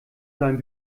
seinem